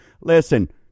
Listen